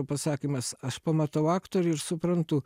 pasakymas aš pamatau aktorių ir suprantu